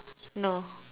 no